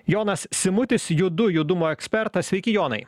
jonas simutis judu judumo ekspertas sveiki jonai